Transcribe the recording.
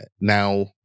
Now